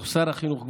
שר החינוך,